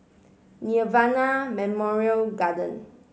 Nirvana Memorial Garden